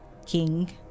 King